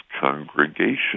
congregation